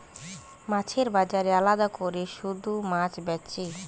মাছের বাজারে আলাদা কোরে শুধু মাছ বেচে